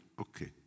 Okay